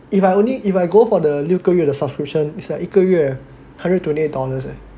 if I only if I go for the 六个月的 subscription is like 一个月 hundred twenty eight dollars leh